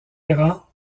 errants